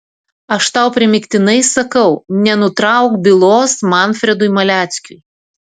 aš tau primygtinai sakau nenutrauk bylos manfredui maleckiui